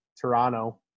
Toronto